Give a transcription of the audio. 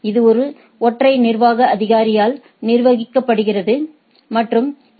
இது ஒரு ஒற்றை நிர்வாக அதிகாரியால் நிர்வகிக்கப்படுகிறது மற்றும் எ